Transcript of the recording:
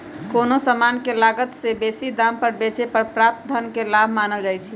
कोनो समान के लागत से बेशी दाम पर बेचे पर प्राप्त धन के लाभ मानल जाइ छइ